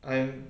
I'm